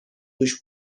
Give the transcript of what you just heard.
dış